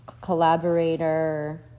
collaborator